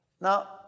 Now